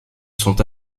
sont